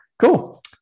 cool